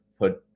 put